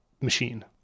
machine